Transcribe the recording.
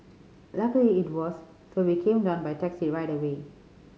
luckily it was so we came down by taxi right away